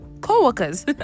co-workers